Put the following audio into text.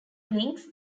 blinks